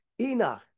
Enoch